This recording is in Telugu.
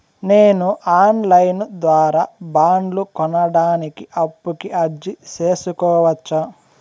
నేను ఆన్ లైను ద్వారా బండ్లు కొనడానికి అప్పుకి అర్జీ సేసుకోవచ్చా?